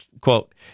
Quote